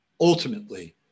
ultimately